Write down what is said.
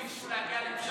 תחשבו מסלול מחדש.